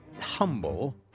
humble